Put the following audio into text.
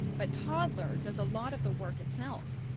but toddler does a lot of the work itself.